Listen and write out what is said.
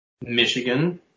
Michigan